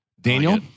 Daniel